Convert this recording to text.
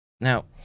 Now